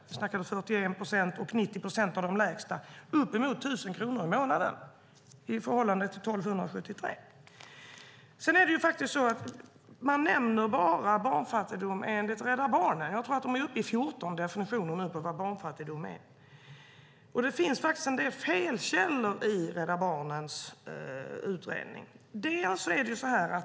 Vi talar om 41 procent och om 90 procent för de lägsta, uppemot 1 000 kronor i månaden i förhållande till 1 273 kronor. Sedan nämner man bara barnfattigdom enligt Rädda Barnen. Jag tror att de nu är uppe i 14 definitioner av vad barnfattigdom är. Och det finns faktiskt en del felkällor i Rädda Barnens utredning.